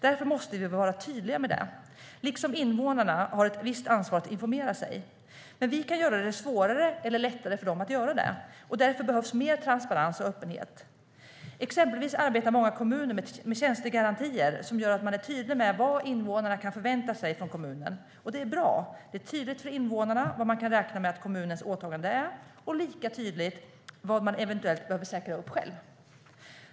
Därför måste vi vara tydliga med det, liksom invånarna har ett visst ansvar att informera sig. Vi kan göra det svårare eller lättare för dem att göra det, och därför behövs mer transparens och öppenhet. Exempelvis arbetar många kommuner med tjänstegarantier som gör att man är tydlig med vad invånarna kan förvänta sig från kommunen. Det är bra. Det är tydligt för invånarna vad man kan räkna med att kommunens åtagande är och lika tydligt vad man eventuellt behöver säkra upp själv.